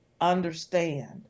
understand